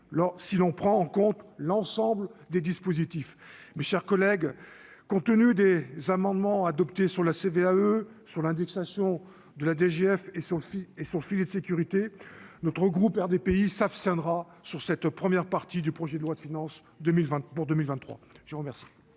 si l'on prend en compte l'ensemble des dispositifs, mes chers collègues, compte tenu des amendements adoptés sur la CVAE sur l'indexation de la DGF et son fils et son filet de sécurité, notre groupe RDPI s'abstiendra sur cette première partie du projet de loi de finances 2020 pour 2023 je vous remercie.